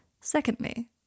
Secondly